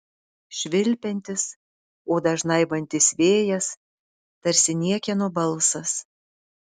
švilpiantis odą žnaibantis vėjas tarsi niekieno balsas